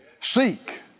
Seek